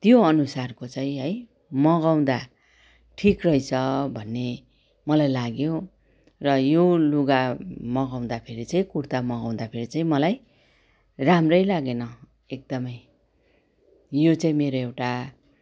त्यो अनुसारको चाहिँ है मगाउँदा ठिक रहेछ भन्ने मलाई लाग्यो र यो लुगा मगाउँदा फेरि चाहिँ कुर्ता मगाउँदा फेरि चाहिँ मलाई राम्रै लागेन एकदमै यो चाहिँ मेरो एउटा